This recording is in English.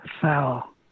Foul